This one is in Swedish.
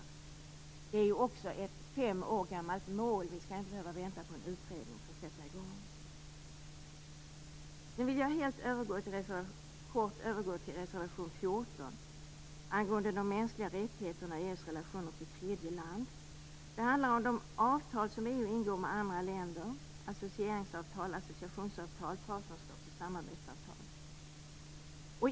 Målet är fem år gammalt, och vi skall inte behöva vänta på en utredning för att kunna sätta i gång. Jag övergår nu till att tala om reservation 14 angående de mänskliga rättigheterna och EU:s relationer till tredje land. Det handlar om de avtal som EU ingår med andra länder, associeringsavtal, associationsavtal samt partnerskaps och samarbetsavtal.